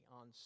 on